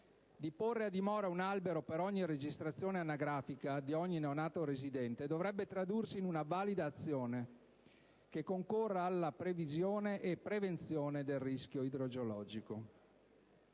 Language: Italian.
di porre a dimora un albero per ogni registrazione anagrafica di ogni neonato residente, dovrebbe tradursi in una valida azione che concorra alla previsione e prevenzione del rischio idrogeologico.